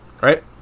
right